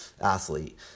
athlete